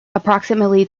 approximately